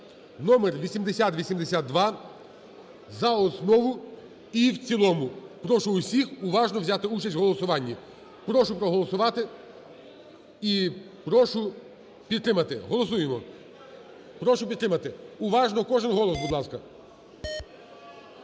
(№8082) за основу і в цілому. Прошу всіх уважно взяти участь в голосуванні, прошу проголосувати і прошу підтримати. Голосуємо. Прошу підтримати. Уважно, кожен голос, будь ласка.